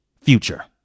future